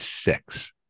six